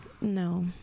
No